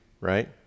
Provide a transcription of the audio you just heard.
right